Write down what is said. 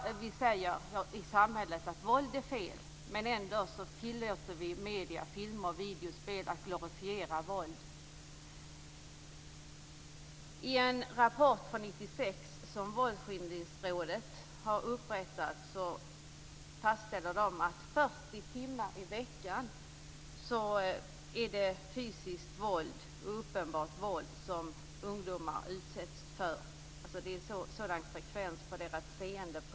Vi säger i samhället att våld är fel. Ändå tillåter vi medier, filmer, video, spel att glorifiera våld. I en rapport från 1996 som Våldsskildringsrådet har upprättat fastställer man att frekvensen för det fysiska och uppenbara våld som ungdomar utsätts för i sitt tittande är 40 timmar i veckan.